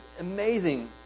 amazing